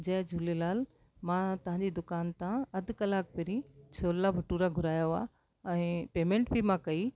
जय झूलेलाल मां तव्हांजी दुकानु त अधु कलाकु पंहिंरीं छोला भठुरा घुराया हुआ ऐं पेमेंट बि मां कई